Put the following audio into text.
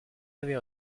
avez